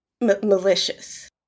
malicious